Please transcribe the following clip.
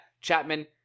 Chapman